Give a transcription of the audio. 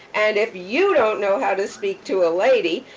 and if you don't know how to speak to a lady,